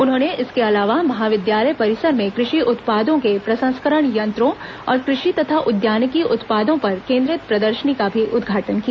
उन्होंने इसके अलावा महाविद्यालय परिसर में कृषि उत्पादों के प्रसंस्करण यंत्रों और कृषि तथा उद्यानिकी उत्पादों पर केंद्रित प्रदर्शनी का भी उद्घाटन किया